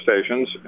stations